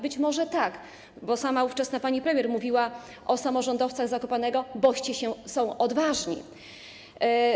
Być może tak, bo sama ówczesna pani premier mówiła o samorządowcach z Zakopanego: boście są odważni.